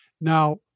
Now